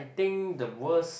think the worst